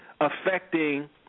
affecting